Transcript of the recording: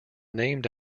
named